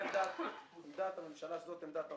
עמדת הממשלה, שזאת עמדת האוצר,